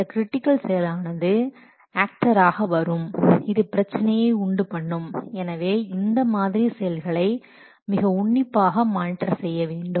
அந்த கிரிட்டிக்கல் செயலானது ஆக்டர் ஆக வரும் இது பிரச்சினையை உண்டு பண்ணும் எனவே இந்த மாதிரி செயல்களை மிக உன்னிப்பாக மானிட்டர் செய்ய வேண்டும்